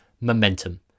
momentum